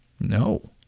No